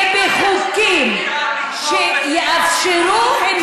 זה שרוצים לשלוט בכוח ובחוקים שיאפשרו המשך,